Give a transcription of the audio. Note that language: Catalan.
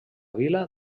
vila